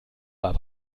war